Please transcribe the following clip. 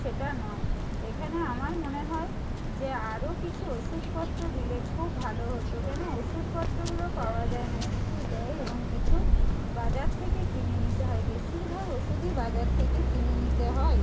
সেটা নয় এখানে আমার মনে হয় যে আরো কিছু ওষুধপত্র দিলে খুব ভালো হতো কেন ওষুধপত্রগুলো পাওয়া যায় না কিছু দেয় এবং কিছু বাজার থেকে কিনে নিতে হয় বেশিরভাগ ওষুধই বাজার থেকে কিনে নিতে হয়